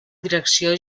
direcció